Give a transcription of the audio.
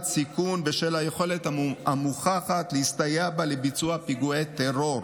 סיכון בשל היכולת המוכחת להסתייע בה לביצוע פיגועי טרור.